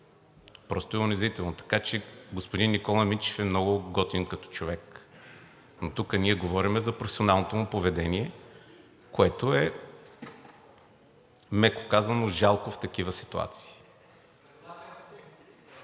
Просто е унизително! Така че господин Никола Минчев е много готин като човек, но тук ние говорим за професионалното му поведение, което е, меко казано, жалко в такива ситуации.